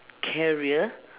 career